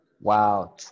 Wow